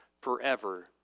forever